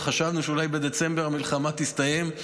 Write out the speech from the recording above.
עוד חשבנו שאולי בדצמבר המלחמה תסתיים.